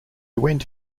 went